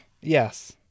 Yes